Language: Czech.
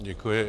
Děkuji.